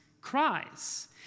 cries